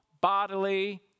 bodily